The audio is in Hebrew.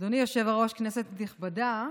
אדוני היושב-ראש, כנסת נכבדה,